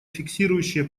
фиксирующие